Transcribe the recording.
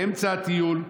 באמצע הטיול,